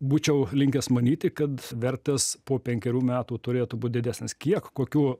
būčiau linkęs manyti kad vertės po penkerių metų turėtų būt didesnės kiek kokiu